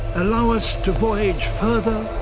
allow us to voyage further.